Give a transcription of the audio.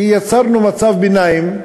כי יצרנו מצב ביניים,